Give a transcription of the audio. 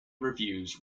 reviews